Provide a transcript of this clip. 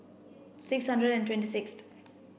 six hundred and twenty sixth